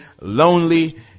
lonely